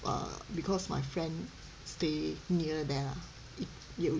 err because my friend stay near there lah 有